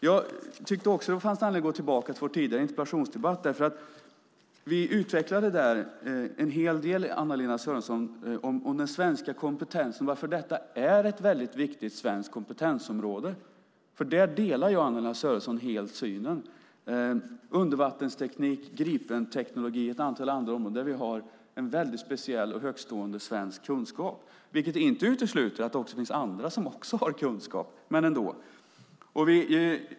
Jag tycker också att det finns anledning att gå tillbaka till vår tidigare interpellationsdebatt, därför att där utvecklade vi en hel del, Anna-Lena Sörenson, om den svenska kompetensen och varför detta är ett väldigt viktigt svenskt kompetensområde. Anna-Lena Sörenson och jag delar helt synen när det gäller undervattensteknik, Gripenteknologi och ett antal andra områden där vi har en väldigt speciell och högtstående svensk kunskap, vilket inte utesluter att det också finns andra som har kunskap.